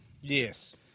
Yes